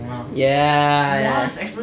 ya ya ya